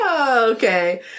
okay